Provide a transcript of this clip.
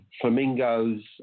flamingos